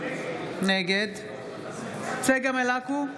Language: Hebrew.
נגד צגה מלקו,